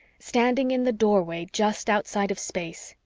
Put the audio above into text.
standing in the doorway just outside of space,